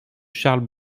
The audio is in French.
charles